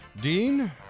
dean